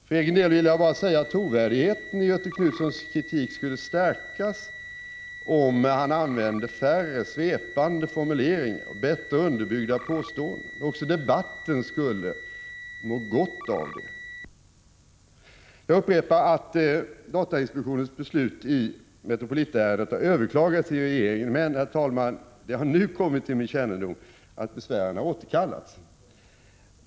För egen del vill jag bara säga att trovärdigheten i Göthe Knutsons kritik skulle stärkas om han använde färre svepande formuleringar och framförde bättre underbyggda påståenden. Också debatten skulle må gott av det. Jag upprepar att datainspektionens beslut i Metropolitärendet har överklagats till regeringen. Det har emellertid, herr talman, kommit till min kännedom att besvären har återkallats.